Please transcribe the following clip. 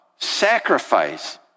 sacrifice